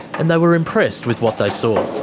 and they were impressed with what they saw.